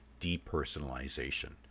depersonalization